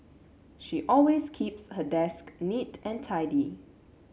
she always keeps her desk neat and tidy